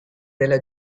della